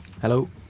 Hello